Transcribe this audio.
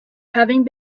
having